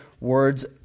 words